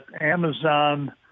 Amazon